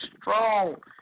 strong